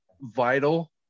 vital